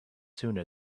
sooner